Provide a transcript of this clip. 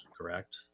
correct